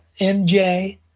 MJ